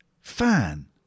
fan